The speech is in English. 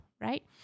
right